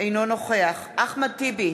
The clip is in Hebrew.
אינו נוכח אחמד טיבי,